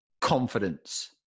confidence